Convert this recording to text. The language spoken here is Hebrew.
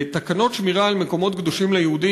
בתקנות שמירה על מקומות קדושים ליהודים